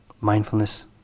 Mindfulness